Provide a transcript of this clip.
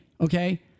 Okay